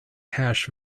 hash